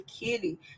Kitty